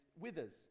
withers